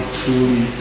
truly